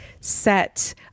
set